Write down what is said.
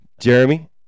Jeremy